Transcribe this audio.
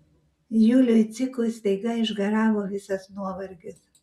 juliui cikui staiga išgaravo visas nuovargis